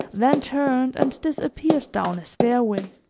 then turned and disappeared down a stairway.